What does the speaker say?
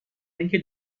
اینکه